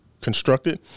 constructed